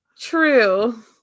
True